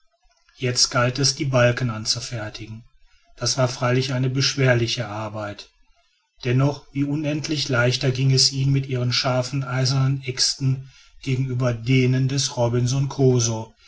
jetzt galt es die balken anzufertigen das war freilich eine beschwerliche arbeit dennoch wie unendlich leichter ging es mit ihren scharfen eisernen äxten gegenüber denen des robinson crusoe